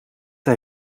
hij